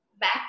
back